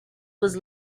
was